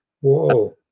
whoa